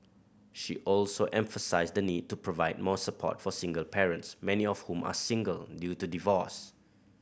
she also emphasised the need to provide more support for single parents many of whom are single due to divorce